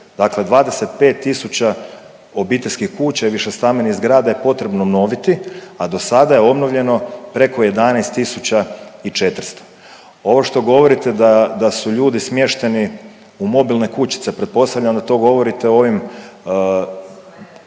dakle 25 tisuća obiteljskih kuća i višestambenih zgrada je potrebno obnoviti, a dosada je obnovljeno preko 11.400. Ovo što govorite da, da su ljudi smješteni u mobilne kućice, pretpostavljam da to govorite o ovim